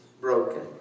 broken